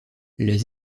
les